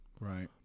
Right